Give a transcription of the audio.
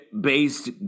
based